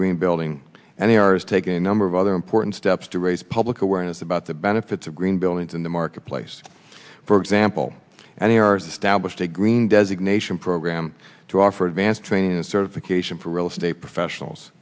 green building and they are is taking a number of other important steps to raise public awareness about the benefits of green buildings in the marketplace for example and we are stablished a green designation program to offer advanced training and certification for real estate professionals